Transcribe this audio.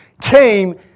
came